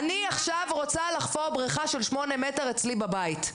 אני עכשיו רוצה לחפור בריכה של שמונה מטר אצלי בבית.